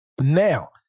Now